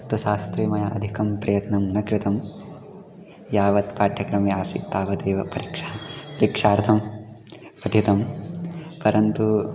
तत्त्वशास्त्रे मया अधिकं प्रयत्नं न कृतं यावत् पाठ्यक्रमे आसीत् तावदेव परीक्षा परीक्षार्थं पठितं परन्तु